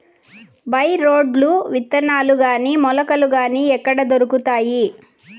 By రోడ్లు విత్తనాలు గాని మొలకలు గాని ఎక్కడ దొరుకుతాయి?